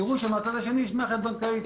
מהצד השני צריך לזכור שיש מערכת בנקאית,